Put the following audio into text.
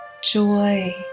joy